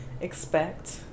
expect